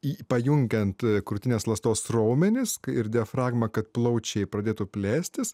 jį pajungiant krūtinės ląstos raumenis ir diafragmą kad plaučiai pradėtų plėstis